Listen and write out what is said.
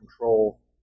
control